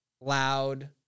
Loud